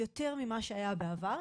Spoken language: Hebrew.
יותר ממה שהיה בעבר,